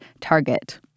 Target